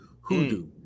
hoodoo